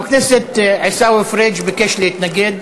חבר הכנסת עיסאווי פריג' ביקש להתנגד.